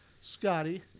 Scotty